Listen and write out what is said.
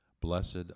Blessed